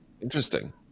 Interesting